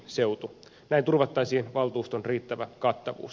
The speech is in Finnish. näin turvattaisiin valtuuston riittävä kattavuus